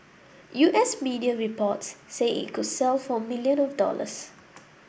U S media reports say it could sell for million of dollars